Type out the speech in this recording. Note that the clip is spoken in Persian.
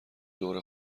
دور